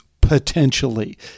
potentially